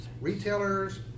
Retailers